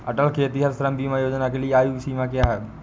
अटल खेतिहर श्रम बीमा योजना के लिए आयु सीमा क्या है?